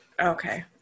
Okay